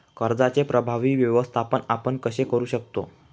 कर्जाचे प्रभावी व्यवस्थापन आपण कसे करु शकतो?